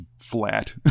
flat